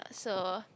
so